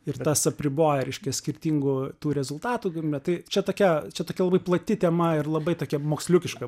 ir tas apriboja reiškia skirtingų tų rezultatų galimybę tai čia tokia čia tokia labai plati tema ir labai tokiam moksliukiška